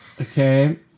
Okay